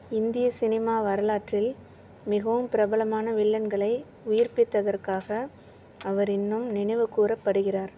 இந்திய சினிமா வரலாற்றில் மிகவும் பிரபலமான வில்லன்களை உயிர்ப்பித்ததற்காக அவர் இன்னும் நினைவு கூறப்படுகிறார்